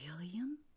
William